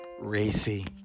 racy